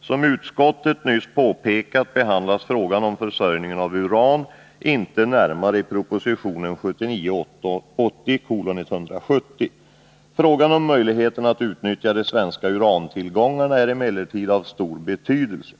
”Som utskottet nyss påpekat behandlas frågan om försörjningen av uran inte närmare i propositionen 1979/80:170. Frågan om möjligheterna att utnyttja de svenska urantillgångarna är emellertid av stor betydelse.